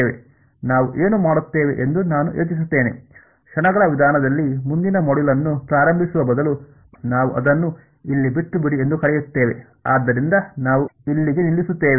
ನಾವು ಏನು ಮಾಡುತ್ತೇವೆ ಎಂದು ನಾನು ಯೋಚಿಸುತ್ತೇನೆ ಕ್ಷಣಗಳ ವಿಧಾನದಲ್ಲಿ ಮುಂದಿನ ಮಾಡ್ಯೂಲ್ ಅನ್ನು ಪ್ರಾರಂಭಿಸುವ ಬದಲು ನಾವು ಅದನ್ನು ಇಲ್ಲಿ ಬಿಟ್ಟುಬಿಡಿ ಎಂದು ಕರೆಯುತ್ತೇವೆ ಆದ್ದರಿಂದ ನಾವು ಇಲ್ಲಿಗೆ ನಿಲ್ಲಿಸುತ್ತೇವೆ